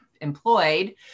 employed